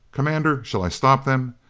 commander shall i stop them?